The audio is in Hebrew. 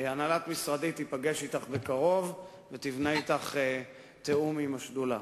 הנהלת משרדי תיפגש אתך בקרוב ותבנה אתך תיאום עם השדולה.